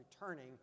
returning